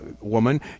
woman